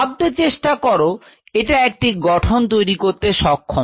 ভাবতে চেষ্টা কর এটা একটি গঠন তৈরি করতে সক্ষম